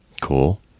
cool